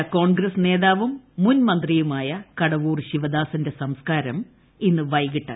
അന്തരിച്ച കോൺഗ്രസ് നേതാവും മുൻമന്ത്രിയുമായ കടവൂർ ശിവദാസന്റെ സംസ്കാരം ഇന്ന് വൈകിട്ട്